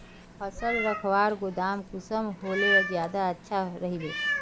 फसल रखवार गोदाम कुंसम होले ज्यादा अच्छा रहिबे?